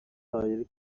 سایر